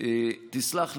תסלח לי,